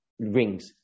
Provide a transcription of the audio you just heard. rings